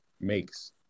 makes